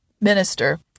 minister